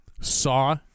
saw